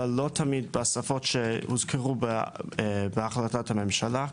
אבל לא תמיד בשפות שהוזכרו בהחלטת הממשלה.